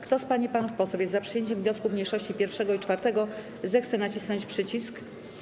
Kto z pań i panów posłów jest za przyjęciem wniosków mniejszości 1. i 4., zechce nacisnąć przycisk.